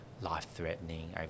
life-threatening